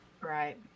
Right